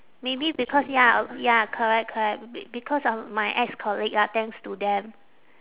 maybe because ya uh ya correct correct be~ because of my ex-colleague ah thanks to them